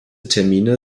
termine